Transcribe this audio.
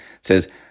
says